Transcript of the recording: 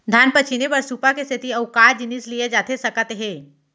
धान पछिने बर सुपा के सेती अऊ का जिनिस लिए जाथे सकत हे?